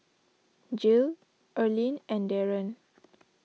Jill Erlene and Daron